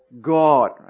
God